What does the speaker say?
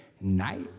night